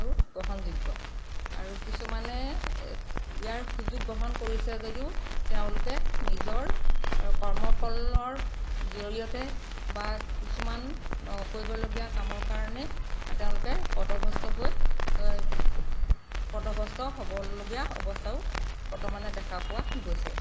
গ্ৰহনযোগ্য আৰু কিছুমানে ইয়াৰ সুযোগ গ্ৰহণ কৰিছে যদিও তেওঁলোকে নিজৰ কৰ্ম ফলৰ জৰিয়তে বা কিছুমান কৰিবলগীয়া কামৰ কাৰণে তেওঁলোকে পদভস্ত হৈ পদভস্ত হ'বলগীয়া অৱস্থাও বৰ্তমানে দেখা পোৱা গৈছে